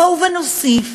בואו ונוסיף